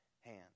hand